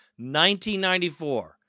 1994